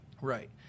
right